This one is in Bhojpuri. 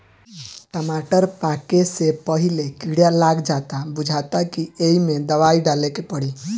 टमाटर पाके से पहिले कीड़ा लाग जाता बुझाता कि ऐइमे दवाई डाले के पड़ी